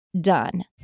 done